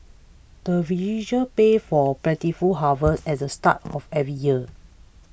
the villagers pay for plentiful harvest as the start of every year